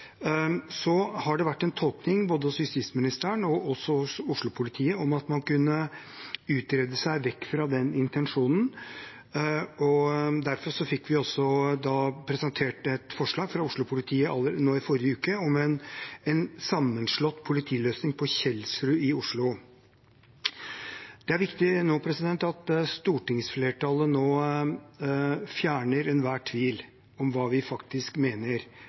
Så har det vært en tolkning både hos justisministeren og også hos Oslo-politiet om at man kunne utrede seg vekk fra den intensjonen. Derfor fikk vi også da presentert et forslag fra Oslo-politiet nå i forrige uke om en sammenslått politiløsning på Kjelsrud i Oslo. Det er viktig at stortingsflertallet nå fjerner enhver tvil om hva vi faktisk mener